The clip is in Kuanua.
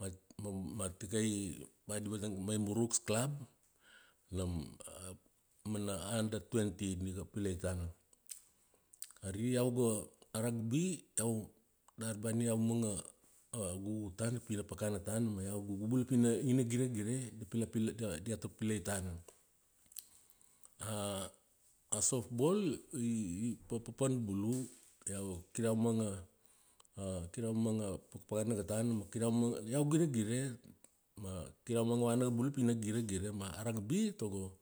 ba di vatang ia mai Muruks clab, nam mana under twenty di ga pilai tana. Ari iau ga, a ragby, iau, dari ba ni iau ga manga gugu tana pi na pakana tana ma iau gugu pi na giregire, da pilapilai, diata pilapilai tana. A soft ball i papan bulu. Iau kir iau mainga, kir iau manga, kir iau manga pakana tana, ma kir iau ma, kir iau giregire, ma kir iau manga vana bula pi na giregire ma a ragby tago,